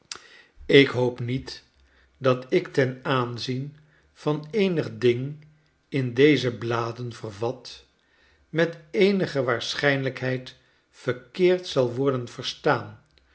ik hoop niet dat ik ten aanzien van eenig ding in deze bladen vervat met eenige waarschijnlijkheid verkeerd zal worden verstaan